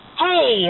hey